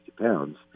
pounds